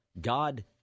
God